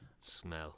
Smell